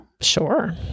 Sure